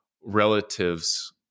relatives